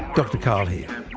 dr karl here.